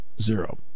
Zero